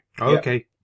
Okay